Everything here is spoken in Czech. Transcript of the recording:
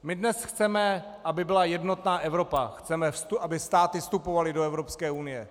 My dnes chceme, aby byla jednotná Evropa, chceme, aby státy vstupovaly do Evropské unie.